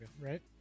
right